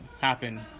happen